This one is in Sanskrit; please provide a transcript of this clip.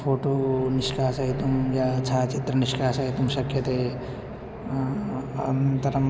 फ़ोटो निष्कासयितुं या छायाचित्रं निष्कासयितुं शक्यते अनन्तरम्